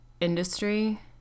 industry